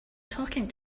talking